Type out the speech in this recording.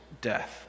death